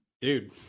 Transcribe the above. dude